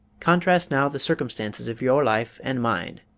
contrast now the circumstances of your life and mine,